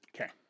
Okay